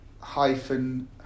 hyphen